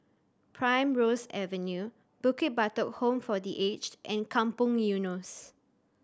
Primrose Avenue Bukit Batok Home for The Aged and Kampong Eunos